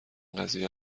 قضیه